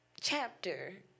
chapter